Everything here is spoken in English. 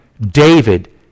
David